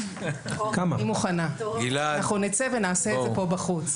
אנחנו נצא ונעשה את זה כאן בחוץ.